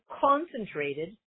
concentrated